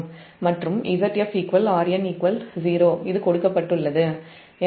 மற்றும் zf Rn 0 கொடுக்கப்பட்டுள்ளது